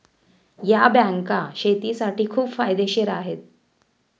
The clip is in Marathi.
या बँका शेतीसाठी खूप फायदेशीर आहेत